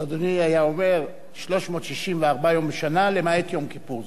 אדוני היה אומר: 364 יום בשנה, למעט יום כיפור.